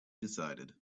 decided